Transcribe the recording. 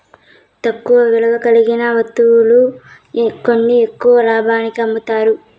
తక్కువ విలువ కలిగిన వత్తువులు కొని ఎక్కువ లాభానికి అమ్ముతారు